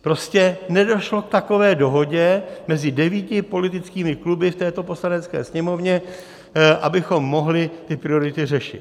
Prostě nedošlo k takové dohodě mezi devíti politickými kluby v této Poslanecké sněmovně, abychom mohli ty priority řešit.